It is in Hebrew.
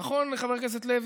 נכון, חבר הכנסת לוי?